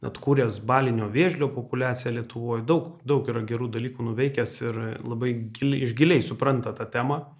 atkūręs balinio vėžlio populiaciją lietuvoj daug daug yra gerų dalykų nuveikęs ir labai giliai iš giliai supranta tą temą